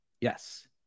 yes